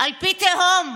על פי תהום.